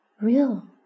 real